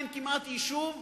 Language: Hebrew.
אין כמעט יישוב,